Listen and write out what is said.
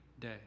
day